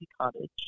Cottage